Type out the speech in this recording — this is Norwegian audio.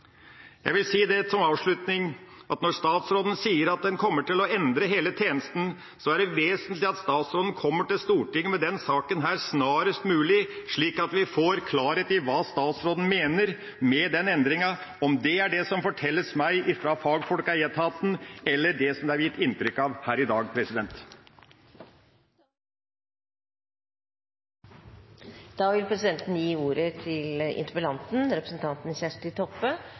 Jeg vil som avslutning si at når statsråden sier at en kommer til å endre hele tjenesten, er det vesentlig at statsråden kommer til Stortinget med denne saken snarest mulig, slik at vi får klarhet i hva statsråden mener med den endringa – om det er det som fortelles meg ifra fagfolkene i etaten, eller det som det er gitt inntrykk av her i dag.